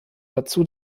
dazu